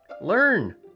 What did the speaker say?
Learn